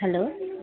hello